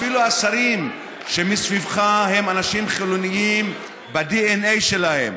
אפילו השרים שמסביבך הם אנשים חילונים בדנ"א שלהם.